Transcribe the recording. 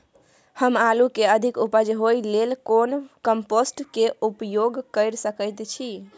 हम आलू के अधिक उपज होय लेल कोन कम्पोस्ट के उपयोग कैर सकेत छी?